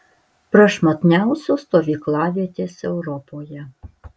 prašmatniausios stovyklavietės europoje